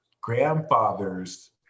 grandfather's